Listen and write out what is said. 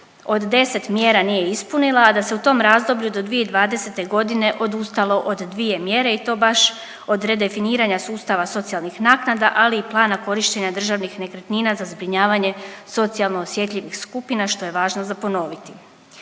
od 10 mjera nije ispunilo, a da se u tom razdoblju do 2020. godine, odustalo od dvije mjere i to baš od redefiniranja sustava socijalnih naknada ali i plana korištenja državnih nekretnina za zbrinjavanje socijalno osjetljivih skupina što je važno za ponoviti.